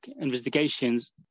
investigations